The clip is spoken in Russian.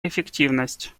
эффективность